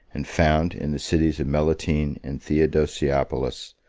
and found, in the cities of melitene and theodosiopolis,